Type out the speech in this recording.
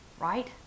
right